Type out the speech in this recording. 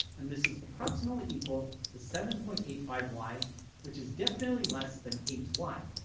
and this is approximately equal to seven point eight five y which is definitely less than eight y.